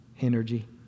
energy